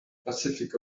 pacific